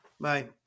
bye